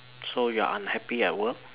so you're unhappy at work